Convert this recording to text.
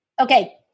Okay